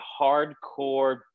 hardcore